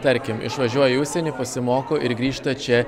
tarkim išvažiuoja į užsienį pasimoko ir grįžta čia